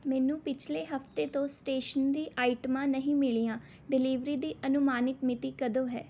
ਮੈਨੂੰ ਪਿਛਲੇ ਹਫ਼ਤੇ ਤੋਂ ਸਟੇਸ਼ਨਰੀ ਆਈਟਮਾਂ ਨਹੀਂ ਮਿਲੀਆਂ ਡਿਲੀਵਰੀ ਦੀ ਅਨੁਮਾਨਿਤ ਮਿਤੀ ਕਦੋਂ ਹੈ